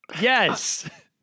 Yes